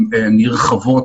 היא רוצה לעקוב אחרי כולנו כל